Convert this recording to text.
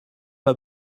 pas